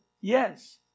Yes